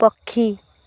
ପକ୍ଷୀ